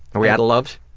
we out of loves?